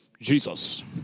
Jesus